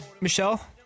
Michelle